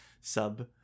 sub